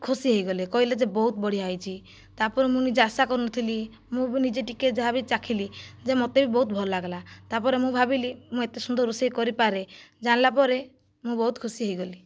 ଖୁସି ହୋଇଗଲେ କହିଲେ ଯେ ବହୁତ ବଢ଼ିଆ ହୋଇଛି ତା'ପରେ ମୁଁ ନିଜେ ଆଶା କରୁନଥିଲି ମୁଁ ବି ନିଜେ ଟିକେ ଯାହାବି ଚାଖିଲି ଯେ ମୋତେ ବି ବହୁତ ଭଲ ଲାଗିଲା ତା'ପରେ ମୁଁ ଭାବିଲି ମୁଁ ଏତେ ସୁନ୍ଦର ରୋଷେଇ କରିପାରେ ଜାଣିଲା ପରେ ମୁଁ ବହୁତ ଖୁସି ହୋଇଗଲି